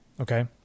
okay